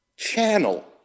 channel